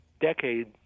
decade